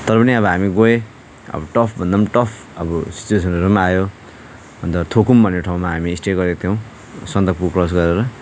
तर पनि अब हामी गयौँ अब टपभन्दा पनि टप अब सिच्वेसनहरू पनि आयौँ अन्त थोकुम भन्ने ठाउँमा हामी स्टे गरेका थियौँ सन्दकफू क्रस गरेर